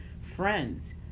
friends